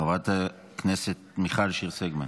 חבר הכנסת מיכל שיר סגמן.